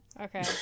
Okay